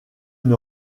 une